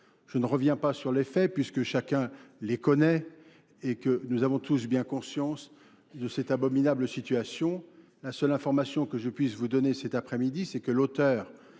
Je ne reviens pas sur les faits puisque chacun les connaît et que nous avons tous bien conscience de cette abominable situation. La seule information que je puisse vous donner cet après-midi, c'est que l'auteur